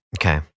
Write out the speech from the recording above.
okay